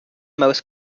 most